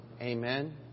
Amen